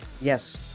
Yes